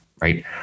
right